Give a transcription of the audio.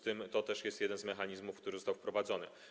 To też jest jeden z mechanizmów, który został wprowadzony.